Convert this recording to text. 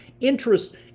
interest